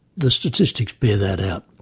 the statistics bear that out.